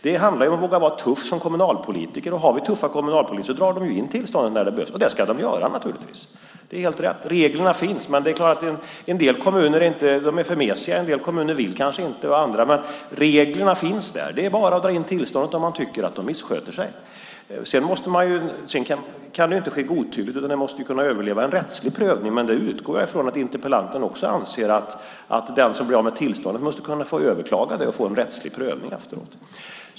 Det handlar om att våga vara tuff som kommunalpolitiker, och har vi tuffa kommunalpolitiker drar de in tillstånden när det behövs. Det ska de naturligtvis göra. Det är helt rätt. Reglerna finns, men det är klart att en del kommuner är för mesiga. En del kommuner vill kanske inte. Men reglerna finns där. Det är bara att dra in tillståndet om man tycker att de missköter sig. Det kan förstås inte ske godtyckligt, utan det måste kunna överleva en rättslig prövning. Men jag utgår från att även interpellanten anser att den som blir av med tillståndet måste kunna få överklaga det och få en rättslig prövning efteråt.